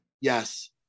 Yes